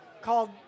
called